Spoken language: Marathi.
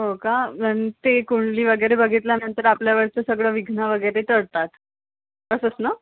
हो का न ते कुंडली वगैरे बघितल्यानंतर आपल्यावरचं सगळं विघ्न वगैरे टळतात असंच ना